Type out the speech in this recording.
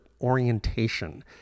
orientation